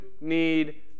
need